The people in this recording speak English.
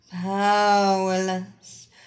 Powerless